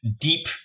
deep